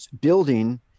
building